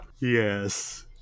Yes